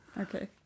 Okay